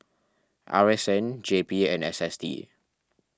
R S N J P and S S T